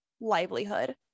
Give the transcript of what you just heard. livelihood